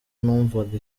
numvaga